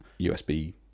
USB